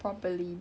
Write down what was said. mmhmm